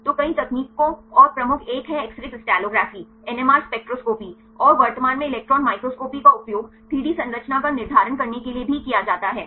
तो कई तकनीकों और प्रमुख एक है X ray crystallography NMR spectroscopy और वर्तमान में इलेक्ट्रॉन माइक्रोस्कोपीelectron microscopy का उपयोग 3 डी संरचना का निर्धारण करने के लिए भी किया जाता है